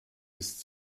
ist